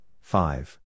five